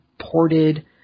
ported